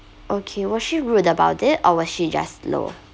okay were she rude about it or were she just slow